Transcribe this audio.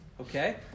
okay